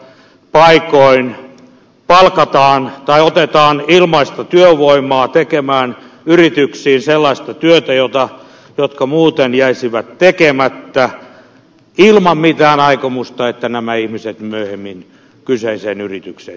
paikoin palkataan tai otetaan ilmaista työvoimaa tekemään yrityksiin sellaista työtä joka muuten jäisi tekemättä ilman mitään aikomusta että nämä ihmiset myöhemmin kyseiseen yritykseen työllistettäisiin